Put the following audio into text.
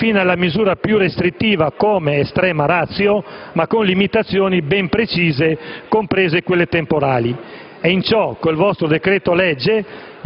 fino alla misura più restrittiva, come *extrema ratio*, ma con limitazioni ben precise, comprese quelle temporali. In ciò con il vostro decreto-legge